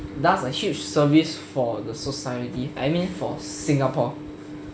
does a huge service for the society I mean for singapore